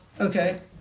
Okay